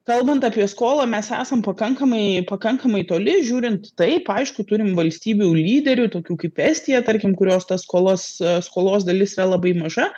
kalbant apie skolą mes esam pakankamai pakankamai toli žiūrint taip aišku turim valstybių lyderių tokių kaip estija tarkim kurios ta skolos skolos dalis yra labai maža